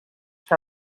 que